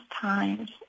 times